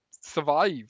survive